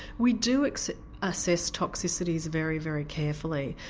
we do assess toxicities very very carefully.